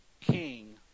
king